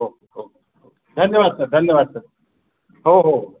हो हो हो धन्यवाद सर धन्यवाद सर हो हो हो